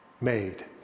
made